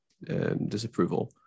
Disapproval